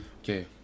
Okay